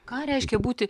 ką reiškia būti